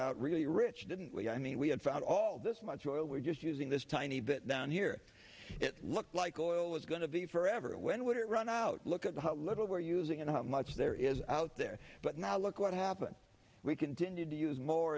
out really rich didn't we i mean we have found all this much oil we're just using this tiny bit down here it looks like oil is going to be forever when we run out look at how little we're using and how much there is out there but now look what happened we continued to use more